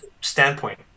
standpoint